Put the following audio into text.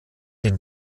den